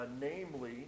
namely